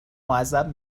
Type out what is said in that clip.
معذب